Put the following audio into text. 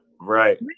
Right